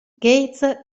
gates